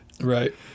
Right